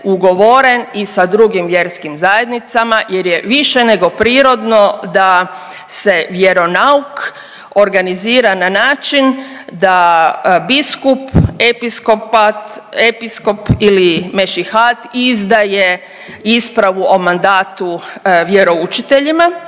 i sa drugim vjerskim zajednicama jer je više nego prirodno da se vjeronauk organizira na način da biskup, episkop ili mešihat izdaje ispravu o mandatu vjeroučiteljima,